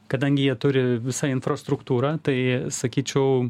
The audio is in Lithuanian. kadangi jie turi visą infrastruktūrą tai sakyčiau